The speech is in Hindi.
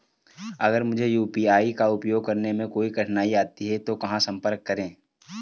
अगर मुझे यू.पी.आई का उपयोग करने में कोई कठिनाई आती है तो कहां संपर्क करें?